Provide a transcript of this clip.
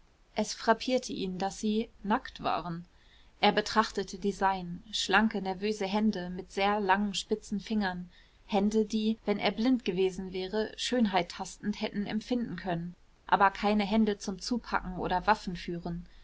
es frappierte ihn daß sie nackt waren er betrachtete die seinen schlanke nervöse hände mit sehr langen spitzen fingern hände die wenn er blind gewesen wäre schönheit tastend hätten empfinden können aber keine hände zum zupacken oder